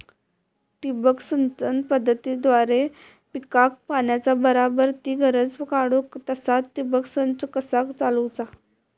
ठिबक सिंचन पद्धतीद्वारे पिकाक पाण्याचा बराबर ती गरज काडूक तसा ठिबक संच कसा चालवुचा?